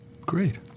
Great